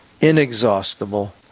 inexhaustible